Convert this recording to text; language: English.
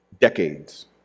decades